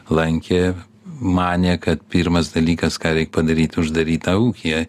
lankė manė kad pirmas dalykas ką reik padaryti uždaryt tą ūkį